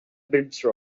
bridge